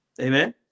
Amen